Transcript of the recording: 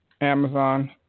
Amazon